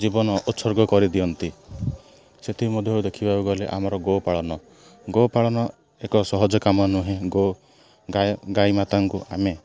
ଜୀବନ ଉତ୍ସର୍ଗ କରିଦିଅନ୍ତି ସେଥିମଧ୍ୟରୁ ଦେଖିବାକୁ ଗଲେ ଆମର ଗୋପାଳନ ଗୋପାଳନ ଏକ ସହଜ କାମ ନୁହେଁ ଗାଈ ମାତାଙ୍କୁ ଆମେ